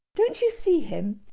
don't you see him?